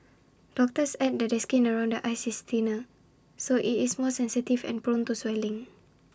doctors add that the skin around the eyes is thinner so IT is more sensitive and prone to swelling